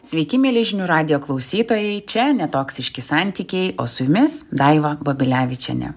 sveiki mieli žinių radijo klausytojai čia ne toksiški santykiai o su jumis daiva babilevičienė